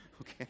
Okay